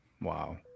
wow